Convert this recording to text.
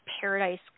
paradise